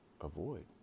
avoid